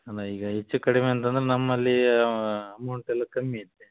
ಅಲ್ಲ ಈಗ ಹೆಚ್ಚು ಕಡಿಮೆ ಅಂತಂದ್ರೆ ನಮ್ಮಲ್ಲಿ ಅಮೌಂಟ್ ಎಲ್ಲ ಕಮ್ಮಿ ಇದೆ